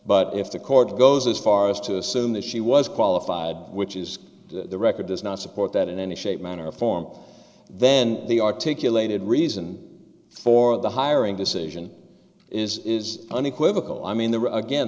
but if the court goes as far as to assume that she was qualified which is the record does not support that in any shape manner or form then the articulated reason for the hiring decision is is unequivocal i mean the